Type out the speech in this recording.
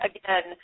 Again